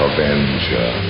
Avenger